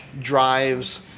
drives